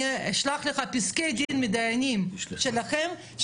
אני אשלח לך פסקי דין מדיינים שלכם,